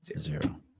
Zero